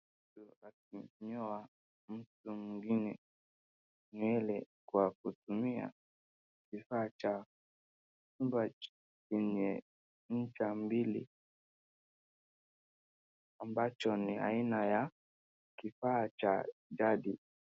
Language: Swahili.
Mtu akinyoa mtu mwingine nywele kwa kutumia kifaa cha chuma chenye ncha mbili ambacho ni aina ya kifaa cha jadi.